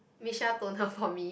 Missha toner for me